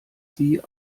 sie